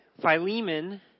Philemon